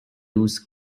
loose